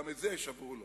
גם את זה שברו לו.